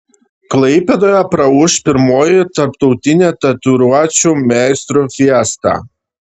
klaipėdoje praūš pirmoji tarptautinė tatuiruočių meistrų fiesta